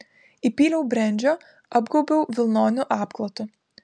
įpyliau brendžio apgaubiau vilnoniu apklotu